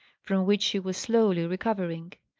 from which she was slowly recovering.